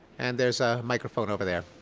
and there's a microphone over there.